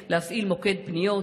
להפעיל מוקד פניות,